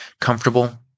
comfortable